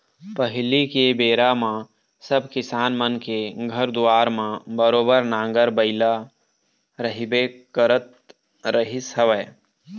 पहिली के बेरा म सब किसान मन के घर दुवार म बरोबर नांगर बइला रहिबे करत रहिस हवय